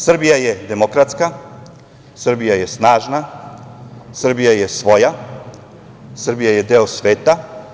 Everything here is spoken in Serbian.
Srbija je demokratska, Srbija je snažna, Srbija je svoja, Srbija je deo sveta.